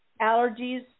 allergies